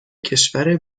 کشور